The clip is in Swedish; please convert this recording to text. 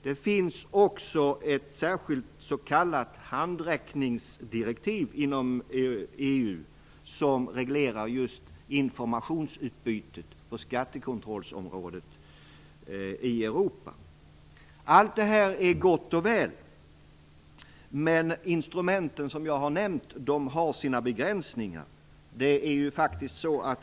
Det finns också ett särskilt s.k. handräckningsdirektiv inom EU som reglerar just informationsutbytet på skattekontrollområdet i Europa. Allt det här är gott och väl, men instrumenten som jag har nämnt har sina begränsningar.